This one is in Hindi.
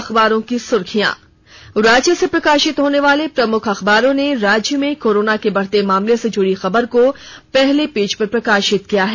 अखबारों की सुर्खियां राज्य से प्रकाशित होने वाले प्रमुख अखबारों ने राज्य में कोरोना के बढ़ते मामले से जुड़ी खबर को पहले पेज पर प्रकाशित किया है